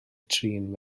trin